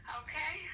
okay